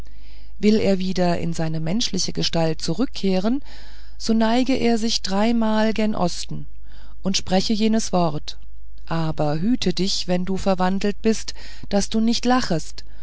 will er wieder in seine menschliche gestalt zurückkehren so neige er sich dreimal gen osten und spreche jenes wort aber hüte dich wenn du verwandelt bist daß du nicht lachest